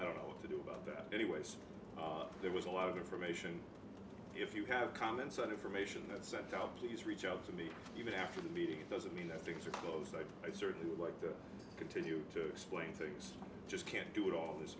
i don't know what to do about that anyway so there was a lot of information if you have come inside information that's sent out please reach out to me even after the meeting it doesn't mean that things are those that i certainly would like to continue to explain things just can't do with all this